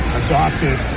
adopted